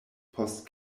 post